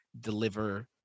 deliver